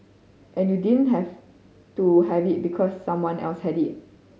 and you didn't have to have it because someone else had it